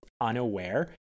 unaware